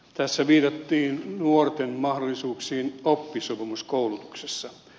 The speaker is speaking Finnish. tässä viitattiin nuorten mahdollisuuksiin oppisopimuskoulutuksessa